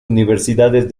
universidades